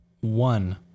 one